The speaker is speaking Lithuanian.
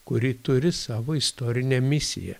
kuri turi savo istorinę misiją